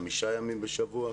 חמישה ימים בשבוע,